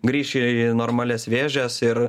grįš į normalias vėžes ir